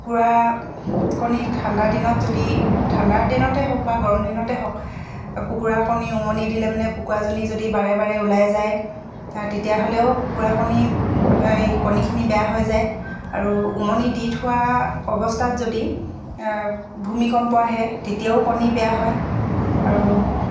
কুকুৰা কণী ঠাণ্ডা দিনত যদি ঠাণ্ডাৰ দিনতে হওক বা গৰম দিনতে হওক কুকুৰা কণী উমনি দিলে মানে কুকুৰাজনী যদি বাৰে বাৰে ওলাই যায় তেতিয়াহ'লেও কুকুৰা কণী এই কণীখিনি বেয়া হৈ যায় আৰু উমনি দি থোৱা অৱস্থাত যদি ভূমিকম্প আহে তেতিয়াও কণী বেয়া হয় আৰু